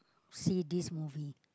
see this movie